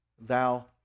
Thou